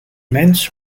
mens